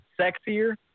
sexier